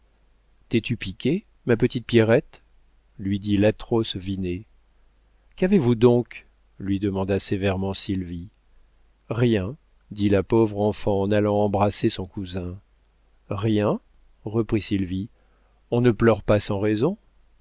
t'es-tu piquée ma petite pierrette lui dit l'atroce vinet qu'avez-vous donc lui demanda sévèrement sylvie rien dit la pauvre enfant en allant embrasser son cousin rien reprit sylvie on ne pleure pas sans raison